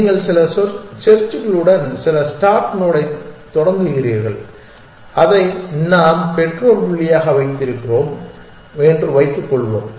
நீங்கள் சில செர்ச்களுடன் சில ஸ்டார்ட் நோடைத் தொடங்குகிறீர்கள் அதை நாம் பெற்றோர் புள்ளியாக வைத்திருக்கிறோம் என்று வைத்துக் கொள்வோம்